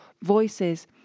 voices